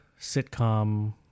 sitcom